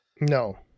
No